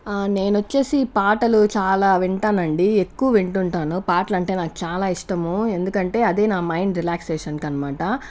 నేనొచ్చేసి పాటలు చాలా వింటానండి ఎక్కువ వింటుంటాను పాటలు అంటే నాకు చాలా ఇష్టము ఎందుకంటే అదే నా మైండ్ రిలాక్సేషన్కి అనమాట